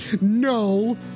no